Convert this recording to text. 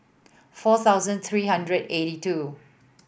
four thousand three hundred eighty two